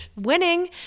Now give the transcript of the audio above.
Winning